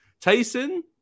Tyson